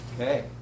Okay